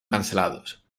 cancelados